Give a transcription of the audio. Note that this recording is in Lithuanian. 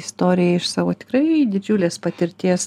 istoriją iš savo tikrai didžiulės patirties